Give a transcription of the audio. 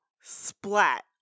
splat